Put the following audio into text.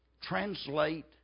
translate